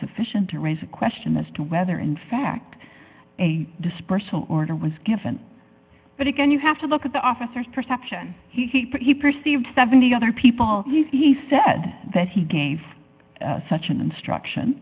sufficient to raise the question as to whether in fact a dispersal order was given but again you have to look at the officers perception he he perceived seventy other people he said that he gave such an instruction